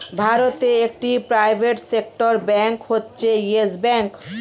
ভারতে একটি private sector bank হচ্ছে ইয়েস ব্যাঙ্ক